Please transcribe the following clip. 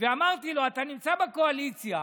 ואמרתי לו: אתה נמצא בקואליציה.